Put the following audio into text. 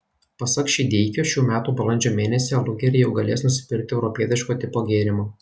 pasak šydeikio šių metų balandžio mėnesį alugeriai jau galės nusipirkti europietiško tipo gėrimo